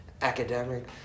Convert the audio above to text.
Academic